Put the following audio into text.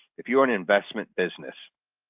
if you're an investment business,